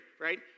right